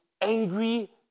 angry